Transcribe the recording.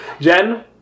Jen